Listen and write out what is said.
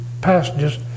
passages